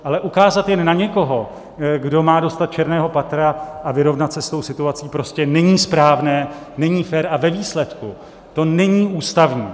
Ale ukázat jen na někoho, kdo má dostat černého Petra a vyrovnat se s tou situací, prostě není správné, není fér a ve výsledku to není ústavní.